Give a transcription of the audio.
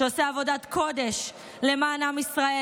שעושה עבודת קודש למען עם ישראל,